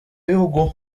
bihugu